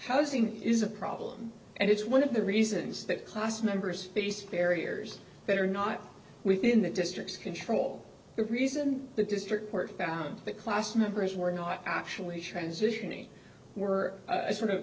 housing is a problem and it's one of the reasons that class members faced barriers that are not within their districts control the reason the district court found that class members were not actually shines visioning were sort of